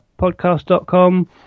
podcast.com